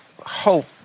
hope